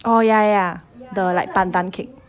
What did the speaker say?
oh ya ya the like pandan cake